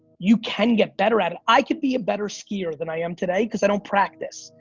you can get better at it. i could be a better skier than i am today, cause i don't practice,